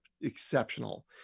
exceptional